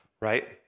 right